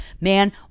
Man